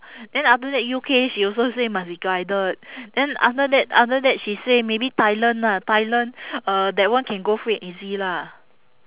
then after that U_K she also say must be guided then after that after that she say maybe thailand lah thailand uh that one can go free and easy lah